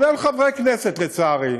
כולל חברי כנסת, לצערי,